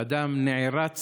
ואדם נערץ